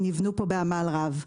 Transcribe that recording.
שנבנו פה בעמל רב.